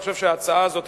אני חושב שההצעה הזאת,